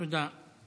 תודה.